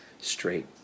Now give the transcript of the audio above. straight